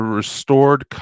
restored